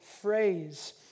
phrase